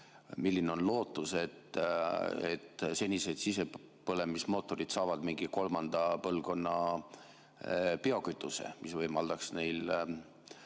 milline on lootus, et senised sisepõlemismootorid saavad mingi kolmanda põlvkonna biokütuse, mis võimaldaks neil